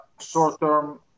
short-term